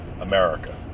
America